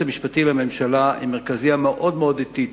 המשפטי לממשלה היא מרכזייה מאוד מאוד אטית.